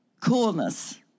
Coolness